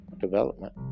development